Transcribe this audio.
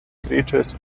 creatures